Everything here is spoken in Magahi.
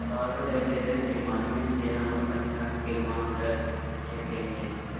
कागज आवेदन के माध्यम से हम अपन हक के मांग कर सकय हियय